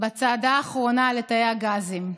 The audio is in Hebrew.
בצעדה האחרונה לתאי הגזים.